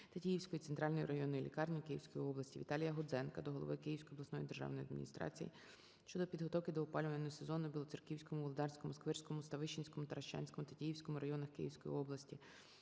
Тетіївської Центральної районної лікарні Київської області. ВіталіяГудзенка до голови Київської обласної державної адміністрації щодо підготовки до опалювального сезону в Білоцерківському, Володарському, Сквирському, Ставищенському, Таращанському, Тетіївському районах Київської області.